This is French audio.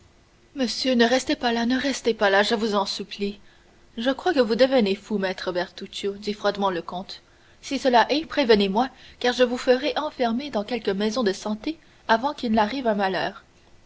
monsieur ne restez pas là ne restez pas là je vous en supplie je crois que vous devenez fou maître bertuccio dit froidement le comte si cela est prévenez moi car je vous ferai enfermer dans quelque maison de santé avant qu'il arrive un malheur